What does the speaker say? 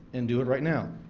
and do it right now.